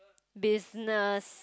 business